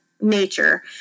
nature